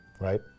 Right